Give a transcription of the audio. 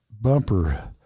bumper